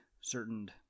certain